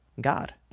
god